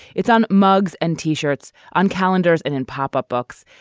it's on mugs and t-shirts, on calendars and in pop up books.